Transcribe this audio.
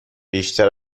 بیشتر